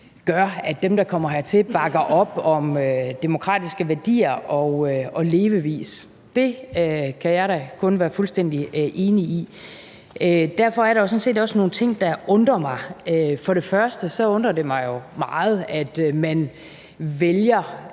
gør, at dem, der kommer hertil, bakker op om demokratiske værdier og demokratisk levevis. Det kan jeg da kun være fuldstændig enig i. Derfor er der sådan set også nogle ting, der undrer mig. Det undrer mig f.eks. meget, at man vælger